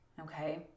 Okay